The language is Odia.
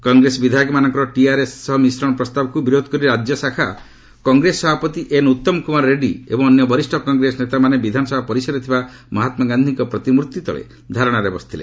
କଂଗ୍ରେସ ବିଧାୟକମାନଙ୍କର ଟିଆର୍ଏସ୍ ସହ ମିଶ୍ରଣ ପ୍ରସ୍ତାବକୁ ବିରୋଧ କରି ରାକ୍ୟଶାଖା କଂଗ୍ରେସ ସଭାପତି ଏନ୍ ଉତ୍ତମ କୁମାର ରେଡ୍ରୀ ଏବଂ ଅନ୍ୟ ବରିଷ୍ଠ କଂଗ୍ରେସ ନେତାମାନେ ବିଧାନସଭା ପରିସରରେ ଥିବା ମହାତ୍ଲାଗାନ୍ଧିଙ୍କ ପ୍ରତିମ୍ଭି ତଳେ ଧାରଣାରେ ବସିଛନ୍ତି